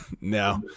No